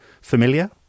familiar